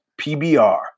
PBR